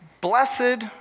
Blessed